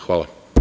Hvala.